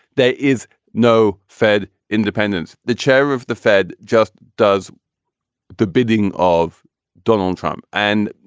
there is no fed independence. the chair of the fed just does the bidding of donald trump. and,